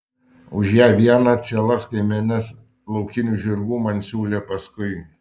už ją vieną cielas kaimenes laukinių žirgų man siūlė paskui